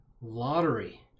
lottery